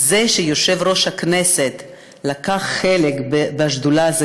וזה שיושב-ראש הכנסת לקח חלק בשדולה,